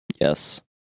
Yes